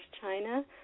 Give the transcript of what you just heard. china